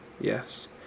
Yes